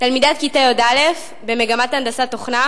תלמידת כיתה י"א במגמת הנדסת תוכנה